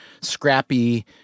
scrappy